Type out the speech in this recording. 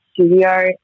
studio